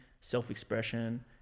self-expression